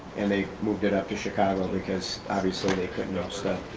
and they moved it up to chicago because obviously they couldn't host